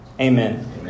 Amen